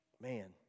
man